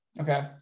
Okay